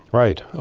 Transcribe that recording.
right,